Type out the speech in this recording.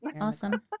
Awesome